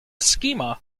schema